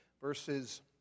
verses